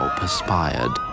perspired